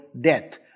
death